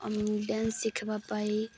dance ଶିଖାଇବା ପାଇଁ